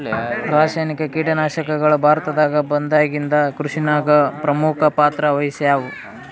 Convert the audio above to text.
ರಾಸಾಯನಿಕ ಕೀಟನಾಶಕಗಳು ಭಾರತದಾಗ ಬಂದಾಗಿಂದ ಕೃಷಿನಾಗ ಪ್ರಮುಖ ಪಾತ್ರ ವಹಿಸ್ಯಾವ